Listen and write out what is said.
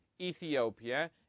Ethiopia